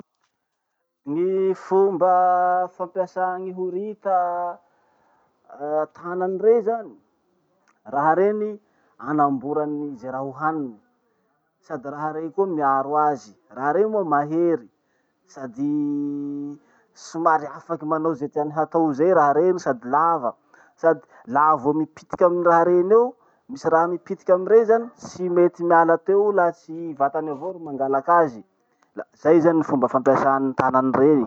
Gny fomba fampiasà gny horita tanany rey zany: raha reny anamborany ze raha hohaniny sady raha rey koa miaro azy. Raha rey moa mahery sady somary afaky manao ze teany hatao zay raha reny sady lava. Sady laha vo mipitiky amy raha reny eo, misy raha mipitiky amy rey zany, tsy mety miala teo io laha tsy vatatenany avao ro mangalaky azy. La zay zany fomba fampiasany ny tanany reny.